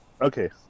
okay